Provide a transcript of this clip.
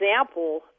example